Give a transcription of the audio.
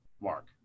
Mark